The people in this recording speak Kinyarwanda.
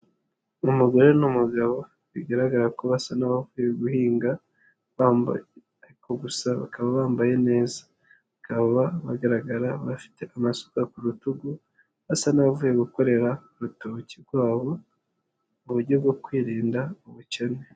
Umugore n'umugabo bigaragara ko basa n'abavuye guhinga, bambaye ariko gusa bakaba bambaye neza, bikaba bagaragara bafite amasuka ku rutugu basa n'abavuye gukorera urutoki rwabo, mu buryo bwo kwirinda ubukene.